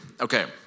okay